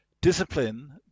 discipline